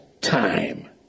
time